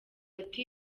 ati